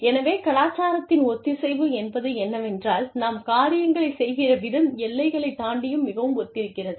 எனவே கலாச்சாரத்தின் ஒத்திசைவு என்பது என்னவென்றால் நாம் காரியங்களைச் செய்கிற விதம் எல்லைகளை தாண்டியும் மிகவும் ஒத்திருக்கிறது